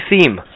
theme